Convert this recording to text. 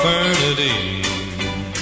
Bernadine